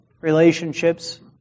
relationships